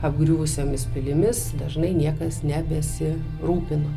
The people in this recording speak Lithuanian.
apgriuvusiomis pilimis dažnai niekas nebesirūpino